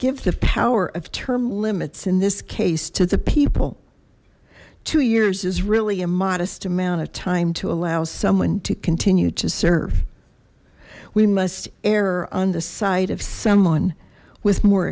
give the power of term limits in this case to the people two years is really a modest amount of time to allow someone to continue to serve we must err on the side of someone with more